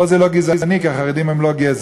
פה זה לא גזעני כי החרדים הם לא גזע.